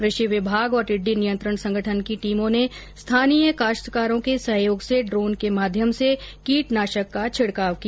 कृषि विभाग और टिड्डी नियंत्रण संगठन की टीमों ने स्थानीय काश्तकारों के सहयोग से ड्रोन के माध्यम से कीटनाशक का छिड़काव किया